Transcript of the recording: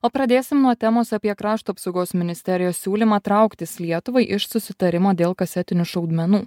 o pradėsim nuo temos apie krašto apsaugos ministerijos siūlymą trauktis lietuvai iš susitarimo dėl kasetinių šaudmenų